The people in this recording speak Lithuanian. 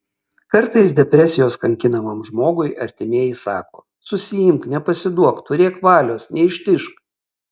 kartais depresijos kankinamam žmogui artimieji sako susiimk nepasiduok turėk valios neištižk